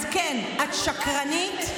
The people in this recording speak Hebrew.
אז כן, את שקרנית,